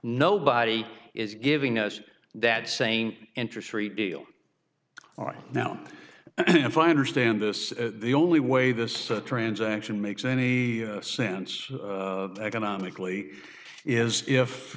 nobody is giving us that saying interest rate deal right now if i understand this the only way this transaction makes any sense economically is if